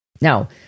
Now